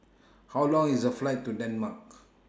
How Long IS The Flight to Denmark